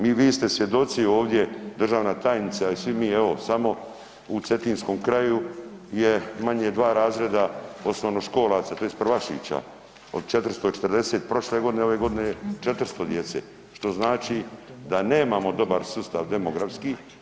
Mi, vi ste svjedoci ovdje državna tajnica, a i svi mi evo samo u cetinskom kraju je manje 2 razreda osnovnoškolaca tj. prvašića od 440 prošle godine ove godine 400 djece, što znači da nemamo dobar sustav demografski.